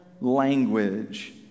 language